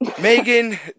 megan